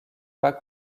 pas